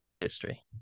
history